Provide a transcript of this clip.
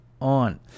on